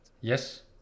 Yes